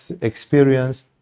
experience